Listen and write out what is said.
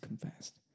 confessed